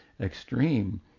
extreme